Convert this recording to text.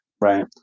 right